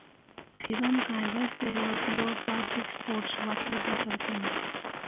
ꯐꯤꯕꯝ ꯀꯥꯏꯕ Cello pure plastic sports water bottle ꯐꯪꯉꯤ